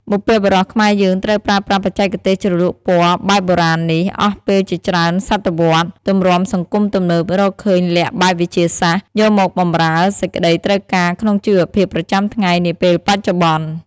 បុព្វបុរសខ្មែរយើងត្រូវប្រើប្រាស់បច្ចេកទេសជ្រលក់ពណ៌បែបបុរាណនេះ អស់ពេលជាច្រើនសតវត្ស ទំរាំសង្គមទំនើបរកឃើញល័ក្ខបែបវិទ្យាសាស្ត្រ យកមកបម្រើសេចក្ដីត្រូវការក្នុងជីវភាពប្រចាំថ្ងៃ នាពេលបច្ចុប្បន្ន។